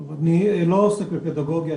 טוב אני לא עוסק בפדגוגיה,